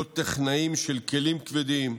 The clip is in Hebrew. להיות טכנאים של כלים כבדים,